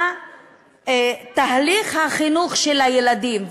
לתהליך החינוך של הילדים.